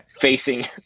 facing